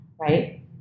right